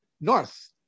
north